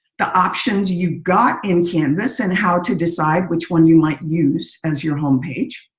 the options you've got in canvas and how to decide which one you might use as your home page.